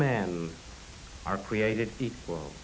men are created equal